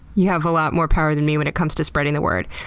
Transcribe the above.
you have a lot more power than me when it comes to spreading the word.